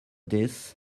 this